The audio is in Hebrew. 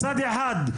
מצד אחד,